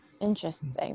Interesting